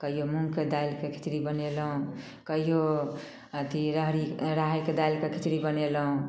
कहियो मूँगके दालिके खिचड़ी बनेलहुँ कहियो अथी रहड़ी राहड़िके दालिके खिचड़ी बनेलहुँ